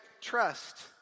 trust